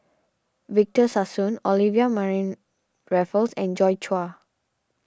Victor Sassoon Olivia Mariamne Raffles and Joi Chua